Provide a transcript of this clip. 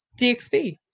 DXP